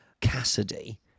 cassidy